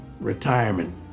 retirement